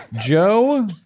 Joe